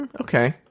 Okay